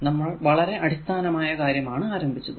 നമ്മൾ വളരെ അടിസ്ഥാനമായ കാര്യമാണ് ആരംഭിച്ചത്